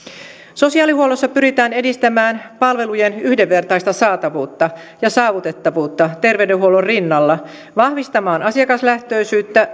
sosiaalihuollossa pyritään edistämään palvelujen yhdenvertaista saatavuutta ja saavutettavuutta terveydenhuollon rinnalla vahvistamaan asiakaslähtöisyyttä